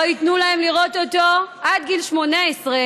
לא יתנו להם לראות אותו עד גיל 18,